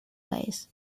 ways